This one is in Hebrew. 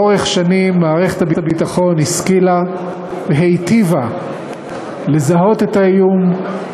לאורך שנים מערכת הביטחון השכילה והיטיבה לזהות את האיום,